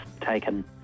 taken